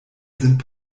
sind